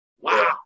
wow